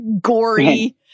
gory